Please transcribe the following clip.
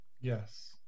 Yes